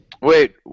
Wait